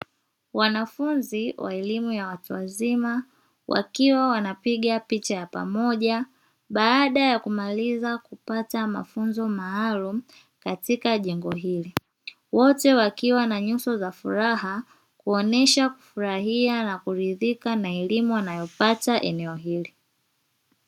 Wanafunzi wa elimu ya watu wazima, wakiwa wanapiga picha ya pamoja baada ya kumaliza kupata mafunzo maalumu katika jengo hili. Wote wakiwa na nyuso za furaha, kuonesha kufurahia na kuridhika na elimu wanayopata eneo hili.